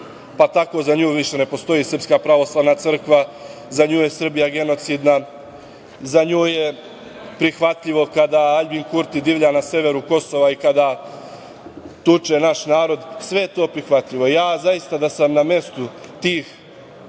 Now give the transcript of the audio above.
pa tako za nju više ne postoji SPC, za nju je Srbija genocidna, za nju je prihvatljivo kada Aljbin Kurti divlja na severu Kosova i kada tuče naš narod. Sve je to prihvatljivo. Zaista, da sam na mestu tih